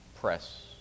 press